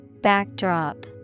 Backdrop